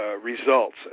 results